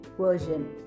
version